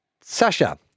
Sasha